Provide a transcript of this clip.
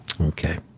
Okay